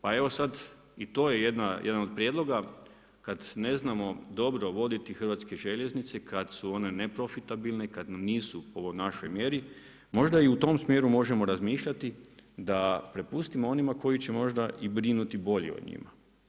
Pa evo sad i to je jedan od prijedloga, kad ne znamo dobro voditi Hrvatske željeznice, kada su one neprofitabilne, kada nisu po našoj mjeri, možda i u tom smjeru možemo razmišljati da prepustimo onima koji će možda brinuti i bolje o njima.